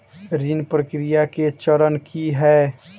ऋण प्रक्रिया केँ चरण की है?